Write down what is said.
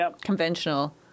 conventional